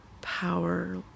power